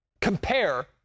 compare